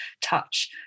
touch